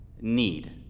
need